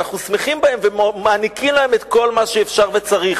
ואנחנו שמחים בהם ומעניקים להם את כל מה שאפשר וצריך,